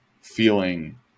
feeling